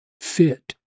fit